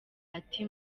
ati